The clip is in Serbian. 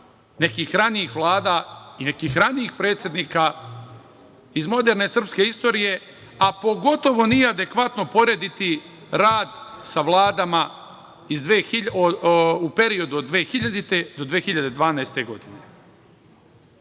nekih ranijih vlada i nekih ranijih predsednika iz moderne srpske istorije, a pogotovo nije adekvatno porediti rad sa vladama u periodu od 2000. do 2012. godine. Mislim